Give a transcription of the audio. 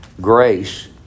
grace